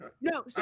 no